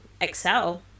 excel